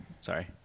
Sorry